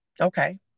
Okay